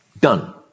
Done